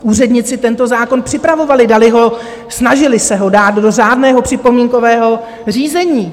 Úředníci tento zákon připravovali, dali ho, snažili se ho dát, do řádného připomínkového řízení.